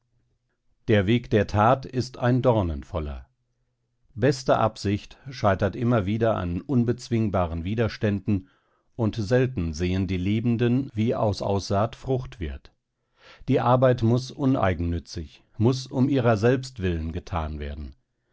der weg der tat ist ein dornenvoller beste absicht scheitert immer wieder an unbezwingbaren widerständen und selten sehen die lebenden wie aus aussaat frucht wird die arbeit muß uneigennützig muß um ihrer selbst willen getan werden